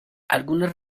algunas